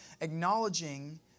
acknowledging